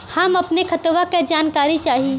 हम अपने खतवा क जानकारी चाही?